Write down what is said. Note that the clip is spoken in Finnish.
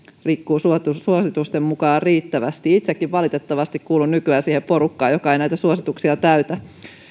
liikkuu suositusten suositusten mukaan riittävästi itsekin valitettavasti kuulun nykyään siihen porukkaan joka ei näitä suosituksia täytä